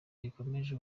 rikomeje